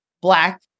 black